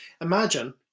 imagine